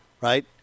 Right